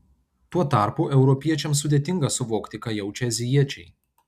tuo tarpu europiečiams sudėtinga suvokti ką jaučia azijiečiai